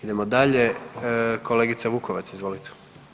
Idemo dalje, kolegica Vukovac, izvolite.